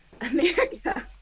America